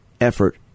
effort